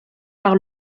par